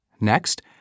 Next